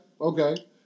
okay